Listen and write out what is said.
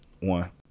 One